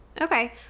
okay